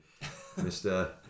Mr